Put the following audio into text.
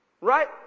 right